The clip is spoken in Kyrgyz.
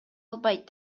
албайт